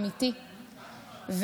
אמיתי,